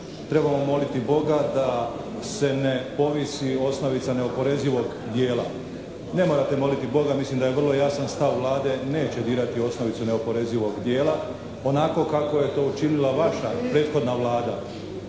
trebamo moliti Boga da se ne povisi osnovica neoporezivog dijela. Ne morate moliti Boga mislim da je vrlo jasan stav Vlade, neće dirati osnovicu neoporezivog dijela onako kako je to učinila vaša prethodna Vlada